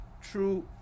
True